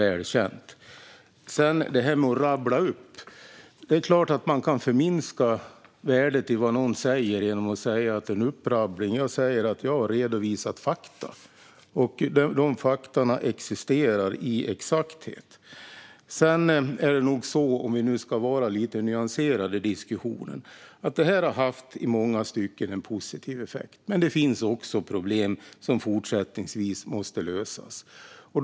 När det sedan gäller detta med att "rabbla upp": Det är klart att man kan förminska värdet i det någon säger genom att kalla det en upprabbling, men jag säger att jag har redovisat fakta. Dessa fakta existerar i exakthet. Om vi sedan ska vara lite nyanserade i diskussionen är det nog så att det här har haft en positiv effekt i många stycken men att det också finns problem som måste lösas framöver.